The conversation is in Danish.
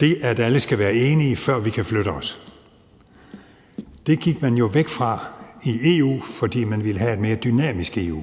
det, at alle skal være enige, før vi kan flytte os. Det gik man jo væk fra i EU, fordi man ville have et mere dynamisk EU,